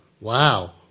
Wow